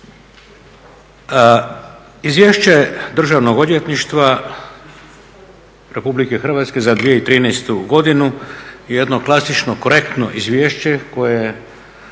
Izvješće Državnog odvjetništva Republike Hrvatske za 2013. godinu je jedno klasično, korektno izvješće koje